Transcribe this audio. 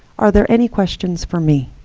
are there any questions for me?